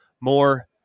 More